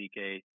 DK